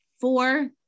four